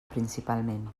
principalment